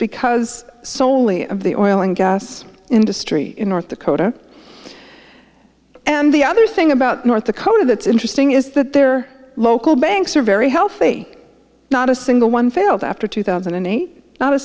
because solely of the oil and gas industry in north dakota and the other thing about north dakota that's interesting is that their local banks are very healthy not a single one failed after two thousand and eight